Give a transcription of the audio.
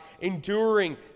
enduring